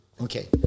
Okay